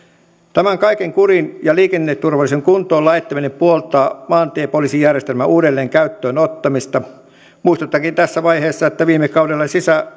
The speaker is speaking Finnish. tämän kaiken kuriin ja liikenneturvallisuuden kuntoon laittaminen puoltaa maantiepoliisijärjestelmän uudelleen käyttöön ottamista muistutankin tässä vaiheessa että viime kaudella